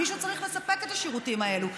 מישהו צריך לספק את השירותים האלה.